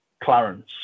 Clarence